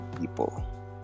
people